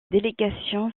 délégation